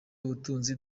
ubutunzi